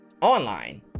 online